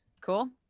Cool